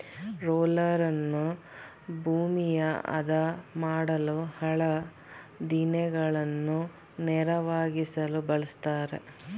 ರೋಲರನ್ನು ಭೂಮಿಯ ಆದ ಮಾಡಲು, ಹಳ್ಳ ದಿಣ್ಣೆಗಳನ್ನು ನೇರವಾಗಿಸಲು ಬಳ್ಸತ್ತರೆ